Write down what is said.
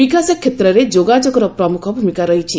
ବିକାଶ କ୍ଷେତ୍ରରେ ଯୋଗାଯୋଗର ପ୍ରମୁଖ ଭୂମିକା ରହିଛି